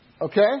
Okay